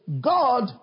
God